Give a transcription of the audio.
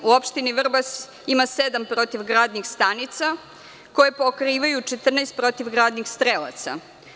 U Opštini Vrbas ima sedam protivgradnih stanica, koje pokrivaju 14 protivgradnih strelaca.